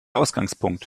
ausgangpunkt